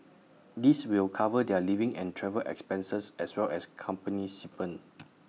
this will cover their living and travel expenses as well as company stipend